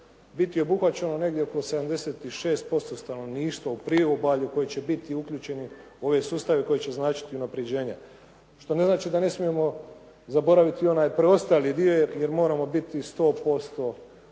biti obuhvaćeno negdje oko 76% stanovništva u priobalju koje će biti uključeno u ove sustave koji će značiti unapređenja što ne znači da ne smijemo zaboraviti i onaj preostali dio jer moramo biti sto